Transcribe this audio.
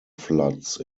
floods